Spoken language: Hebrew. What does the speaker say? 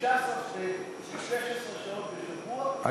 16 שעות בשבוע, מספיק.